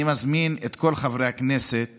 אני מזמין את כל חברי הכנסת